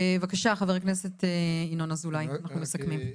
בבקשה חבר הכנסת ינון אזולאי, אנחנו מסכמים.